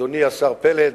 אדוני השר פלד,